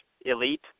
elite